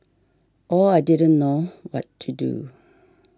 all I didn't know what to do